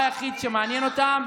הדבר היחיד שמעניין אותם,